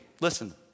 Listen